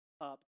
up